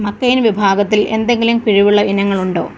McCain വിഭാഗത്തിൽ എന്തെങ്കിലും കിഴിവുള്ള ഇനങ്ങളുണ്ടോ